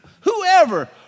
whoever